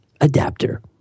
adapter